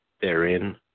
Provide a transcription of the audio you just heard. therein